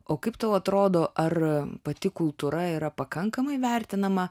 o kaip tau atrodo ar pati kultūra yra pakankamai vertinama